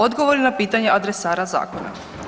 Odgovori na pitanja adresara zakona.